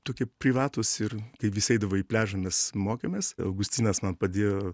tokie privatūs ir kai visi eidavo į pliažą mes mokėmės augustinas man padėjo